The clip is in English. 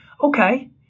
Okay